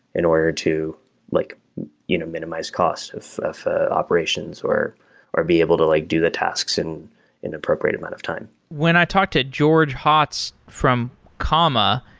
in order to like you know minimize cost of of operations, or or be able to like do the tasks in an appropriate amount of time when i talked to george hotz from comma,